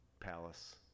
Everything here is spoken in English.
palace